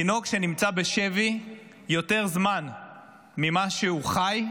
תינוק שנמצא בשבי יותר זמן ממה שהוא חי,